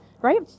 Right